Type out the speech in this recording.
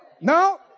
no